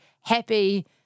happy